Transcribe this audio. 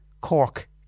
Cork